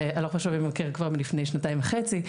בהלוך ושוב עם המבקר כבר מלפני שנתיים וחצי,